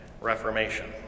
Reformation